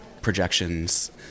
projections